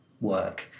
work